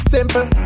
Simple